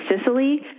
Sicily